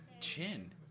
Chin